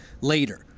later